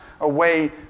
away